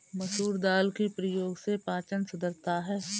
मसूर दाल के प्रयोग से पाचन सुधरता है